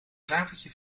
klavertje